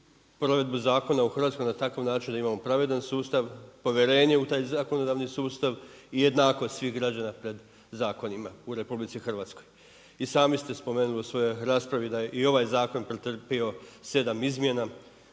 provedbu zakona u Hrvatskoj na takav način da imamo pravedan sustav, povjerenje u taj zakonodavni sustav i jednakost svih građana pred zakonima u RH. I sami ste spomenuli u svojoj raspravi da je i ovaj zakon pretrpio sedam izmjena,